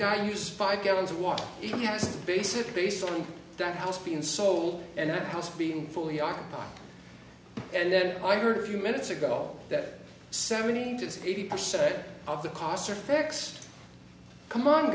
guy uses five gallons of water he has basically based on that house being sold and that house being fully occupied and then i heard a few minutes ago that seventy to eighty percent of the costs are fixed c